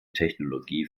technologie